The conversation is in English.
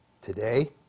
today